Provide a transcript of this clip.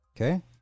Okay